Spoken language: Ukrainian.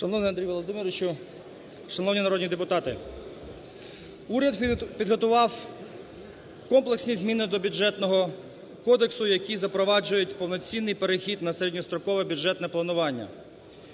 Шановний Андрію Володимировичу! Шановні народні депутати! Уряд підготував комплексні зміни до Бюджетного кодексу, які запроваджують повноцінний перехід на середньострокове бюджетне планування.